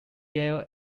gale